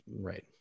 right